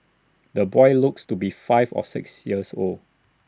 the boy looks to be five or six years old